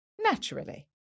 Naturally